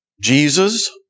Jesus